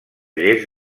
lles